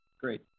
great